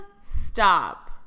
stop